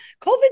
COVID